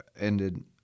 ended